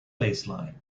baseline